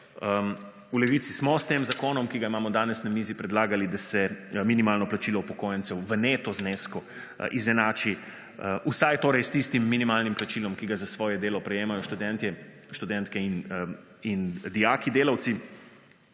V Levici smo s tem zakonom, ki ga imamo danes na mizi, predlagali, da se minimalno plačilo upokojencem v neto znesku izenači vsaj s tistim minimalnim plačilom, ki ga za svoje delo prejemajo študenti in dijaki delavci,